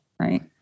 right